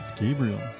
Gabriel